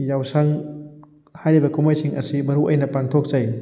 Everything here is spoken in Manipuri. ꯌꯥꯎꯁꯪ ꯍꯥꯏꯔꯤꯕ ꯀꯨꯝꯍꯩꯁꯤꯡ ꯑꯁꯤ ꯃꯔꯨ ꯑꯣꯏꯅ ꯄꯥꯡꯊꯣꯛꯆꯩ